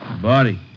body